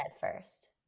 first